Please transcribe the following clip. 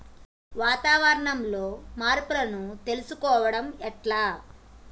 వాతావరణంలో మార్పులను తెలుసుకోవడం ఎట్ల?